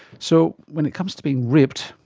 so when it comes to being ripped,